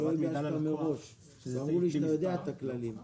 לא הגשת מראש ואמרו לי שאתה יודע את הכללים.